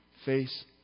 face